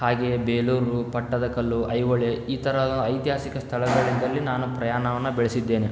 ಹಾಗೆಯೆ ಬೇಲೂರು ಪಟ್ಟದಕಲ್ಲು ಐಹೊಳೆ ಈ ಥರ ಐತಿಹಾಸಿಕ ಸ್ಥಳಗಳಿದ್ದಲ್ಲಿ ನಾನು ಪ್ರಯಾಣವನ್ನ ಬೆಳೆಸಿದ್ದೇನೆ